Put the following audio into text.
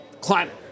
climate